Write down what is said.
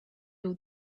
you